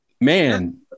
man